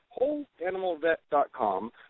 wholeanimalvet.com